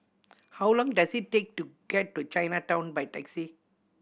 how long does it take to get to Chinatown by taxi